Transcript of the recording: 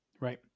right